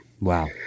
Wow